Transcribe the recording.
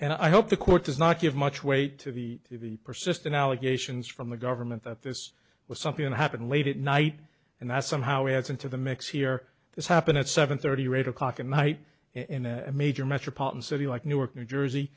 and i hope the court does not give much weight to the to be persistent allegations from the government that this was something that happened late at night and that somehow it's into the mix here this happened at seven thirty eight o'clock at night in a major metropolitan city like newark new jersey